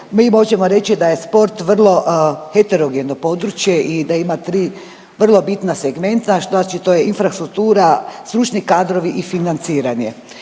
Mi možemo reći da je sport vrlo heterogeno područje i da ima 3 vrlo bitna segmenta, znači to je infrastruktura, stručni kadrovi i financiranje.